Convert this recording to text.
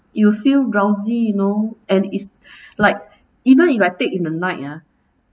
you will feel drowsy you know and it's like even if I take in the night ah